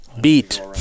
beat